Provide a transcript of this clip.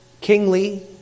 kingly